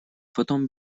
потом